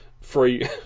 free